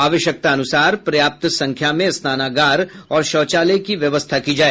आवश्यकतानुसार पर्याप्त संख्या में स्नानागार और शौचालय की व्यवस्था की जाय